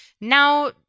now